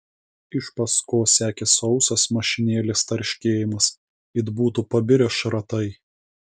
iš paskos sekė sausas mašinėlės tarškėjimas it būtų pabirę šratai